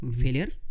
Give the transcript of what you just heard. failure